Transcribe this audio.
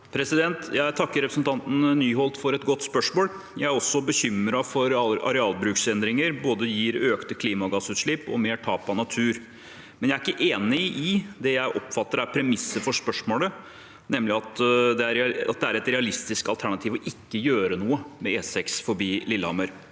Jeg takker re- presentanten Nyholt for et godt spørsmål. Jeg er også bekymret for arealbruksendringer som både gir økte klimagassutslipp og mer tap av natur. Likevel er jeg ikke enig i det jeg oppfatter er premisset for spørsmålet, nemlig at det er et realistisk alternativ ikke å gjøre noe med E6 forbi Lillehammer.